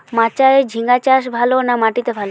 মাচায় ঝিঙ্গা চাষ ভালো না মাটিতে ভালো?